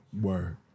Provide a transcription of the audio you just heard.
Word